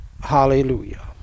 Hallelujah